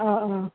অঁ অঁ